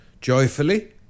joyfully